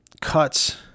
cuts